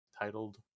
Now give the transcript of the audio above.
titled